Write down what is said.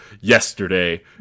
Yesterday